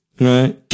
Right